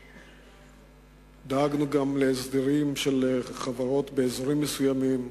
דאגנו גם להסדרים של חברות באזורים מסוימים.